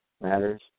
matters